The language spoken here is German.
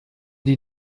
die